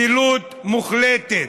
זילות מוחלטת,